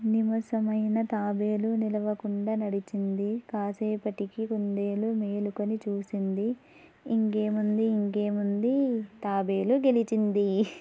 నివసమైన తాబేలు నిలువకుండా నడిచింది కాసేపటికి కుందేలు మేలుకొని చూసింది ఇంకేముంది ఇంకేముంది తాబేలు గెలిచింది